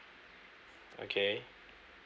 okay